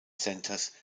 centers